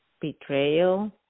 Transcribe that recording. betrayal